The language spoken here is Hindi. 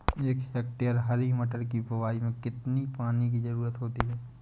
एक हेक्टेयर हरी मटर की बुवाई में कितनी पानी की ज़रुरत होती है?